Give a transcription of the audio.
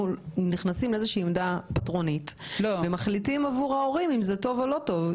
נכנסים לעמדה פטרונית ומחליטים עבור ההורים אם זה טוב או לא טוב.